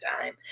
time